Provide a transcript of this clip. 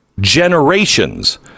generations